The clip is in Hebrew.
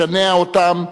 לשנע אותם,